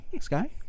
Sky